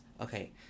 okay